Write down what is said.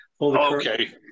Okay